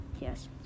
yes